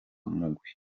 mugwi